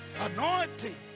anointing